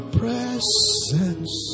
presence